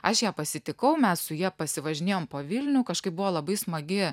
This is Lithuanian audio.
aš ją pasitikau mes su ja pasivažinėjom po vilnių kažkaip buvo labai smagi